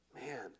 Man